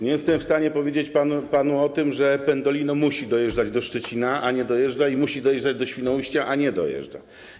Nie jestem w stanie powiedzieć panu o tym, że pendolino musi dojeżdżać do Szczecina, a nie dojeżdża, i musi dojeżdżać do Świnoujścia, a nie dojeżdża.